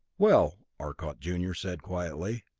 well, arcot junior said quietly,